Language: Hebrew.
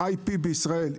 ה-IP בישראל,